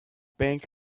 bank